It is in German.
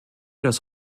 das